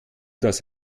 das